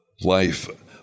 life